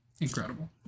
incredible